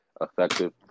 effective